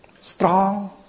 strong